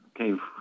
Okay